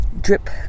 drip